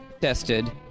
Tested